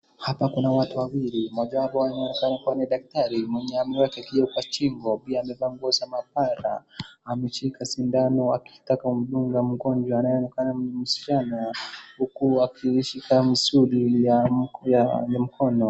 Hapa kuna watu wawili. Mmoja wapo anaonekana kuwa ni daktari mwenye ameweka kioo kwa shingo pia amevaa nguo za mahabara. Ameshika sindano akitaka kumdunga mgonjwa anayeonekana msichana huku akishika misuli ya mkono.